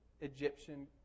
Egyptian